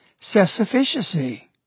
self-sufficiency